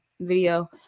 video